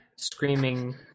screaming